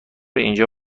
اینجا